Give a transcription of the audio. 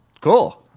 Cool